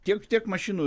tiek tiek mašinų